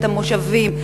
את המושבים,